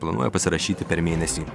planuoja pasirašyti per mėnesį